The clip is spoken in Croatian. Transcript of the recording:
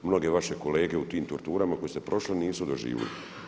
Mnoge vaše kolege u tim torturama koje su prošli nisu doživjeli.